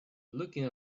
looking